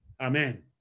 Amen